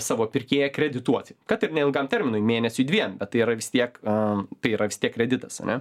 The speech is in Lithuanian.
savo pirkėją kredituoti kad ir neilgam terminui mėnesiui dviem tai yra vis tiek a tai yra vistiek kreditas ane